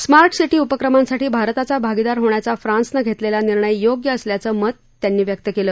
smart city उपक्रमांसाठी भारताचा भागीदार होण्याचा फ्रान्सनं घेतलेला निर्णय योग्य असल्याचं मत त्यांनी व्यक्त केलं